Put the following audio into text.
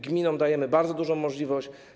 Gminom dajemy bardzo dużą możliwość.